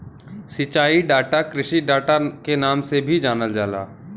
सिंचाई डाटा कृषि डाटा के नाम से भी जानल जाला